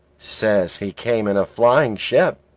says he came in a flying ship.